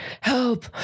help